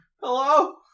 Hello